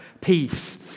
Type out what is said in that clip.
peace